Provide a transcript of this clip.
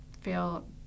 feel